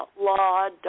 .law